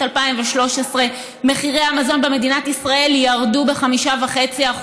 2013 מחירי המזון במדינת ישראל ירדו ב-5.5%.